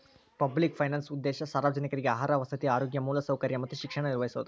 public finance ಉದ್ದೇಶ ಸಾರ್ವಜನಿಕ್ರಿಗೆ ಆಹಾರ ವಸತಿ ಆರೋಗ್ಯ ಮೂಲಸೌಕರ್ಯ ಮತ್ತ ಶಿಕ್ಷಣ ನಿರ್ವಹಿಸೋದ